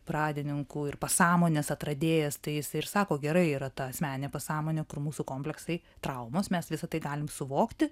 pradininkų ir pasąmonės atradėjas tai jis ir sako gerai yra ta asmeninė pasąmonė kur mūsų kompleksai traumos mes visa tai galim suvokti